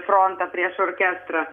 frontą prieš orkestrą